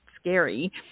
scary